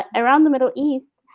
ah around the middle east,